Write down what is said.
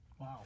Wow